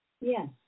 Yes